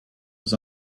was